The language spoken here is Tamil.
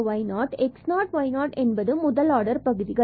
h∂xk∂ynfx0y0Rn எனவே fx0y0 x0 y0 என்பது முதல் ஆர்டர் பகுதிகள்